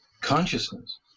consciousness